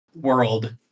world